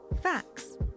facts